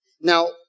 Now